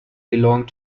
belonged